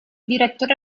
direttore